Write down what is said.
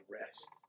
rest